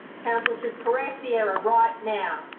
council should correct the error right now.